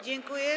Dziękuję.